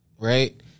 right